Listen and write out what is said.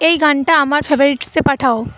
এই গানটা আমার ফেভারিটসে পাঠাও